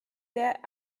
der